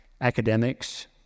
academics